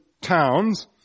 towns